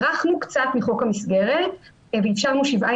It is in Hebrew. הארכנו קצת מחוק המסגרת ואפשרנו שבעה